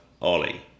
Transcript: Ollie